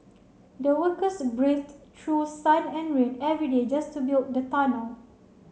the workers braved through sun and rain every day just to build the tunnel